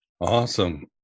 Awesome